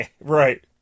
Right